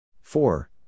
four